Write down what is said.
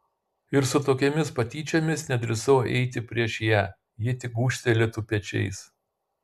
ir su tokiomis patyčiomis nedrįsau eiti prieš ją ji tik gūžtelėtų pečiais